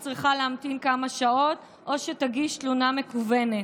צריכה להמתין כמה שעות או שתגיש תלונה מקוונת.